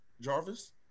Jarvis